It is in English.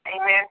Amen